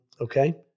Okay